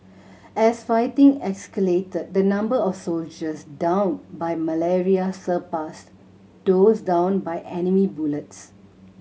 as fighting escalated the number of soldiers downed by malaria surpassed those downed by enemy bullets